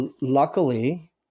Luckily